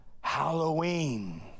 Halloween